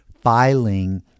filing